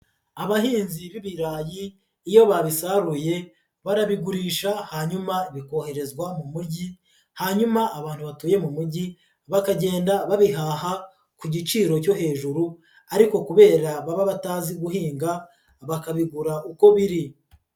Abahinzi b'ibirayi iyo babisaruye barabigurisha hanyuma bikoherezwa mu mujyi, hanyuma abantu batuye mu mujyi bakagenda babihaha ku giciro cyo hejuru ariko kubera baba batazi guhinga bakabigura uko biri.